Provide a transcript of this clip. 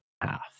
half